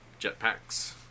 jetpacks